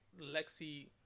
Lexi